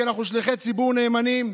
כי אנחנו שליחי ציבור נאמנים.